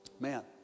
man